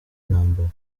ntambara